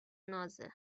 نازه